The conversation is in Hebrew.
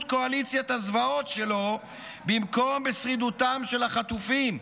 קואליציית הזוועות שלו במקום בשרידותם של החטופים,